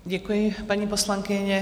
Děkuji, paní poslankyně.